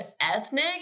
ethnic